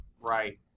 right